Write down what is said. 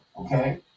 okay